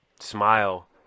Smile